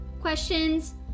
questions